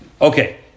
Okay